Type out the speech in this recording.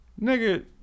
Nigga